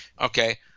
okay